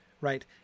right